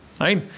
right